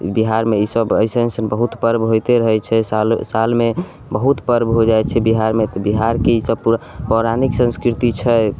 बिहारमे ई सब अइसन अइसन बहुत पर्व होइते रहैत छै सालो सालमे बहुत पर्ब हो जाइत छै बिहारमे तऽ बिहारके ई सब तऽ पौराणिक संस्कृति छै